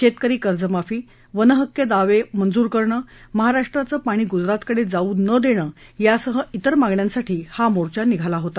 शेतकरी कर्ज माफी वन हक्क दावे मंजूर करणं महाराष्ट्राचं पाणी गुजरातकडे जाऊ न देणं यासह अन्य मागण्यांसाठी हा मोर्चा निघाला होता